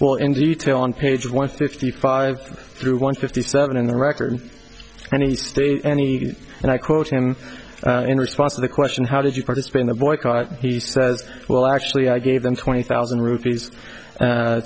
well in detail on page one fifty five through one fifty seven in the record and he stated any and i quote him in response to the question how did you participate in the boycott he says well actually i gave them twenty thousand rupees